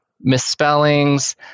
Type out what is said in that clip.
misspellings